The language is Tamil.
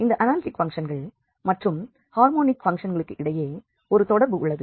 இந்த அனாலிட்டிக் ஃபங்க்ஷன்கள் மற்றும் ஹார்மோனிக் ஃபங்க்ஷன்களுக்கிடையே ஒரு தொடர்பு உள்ளது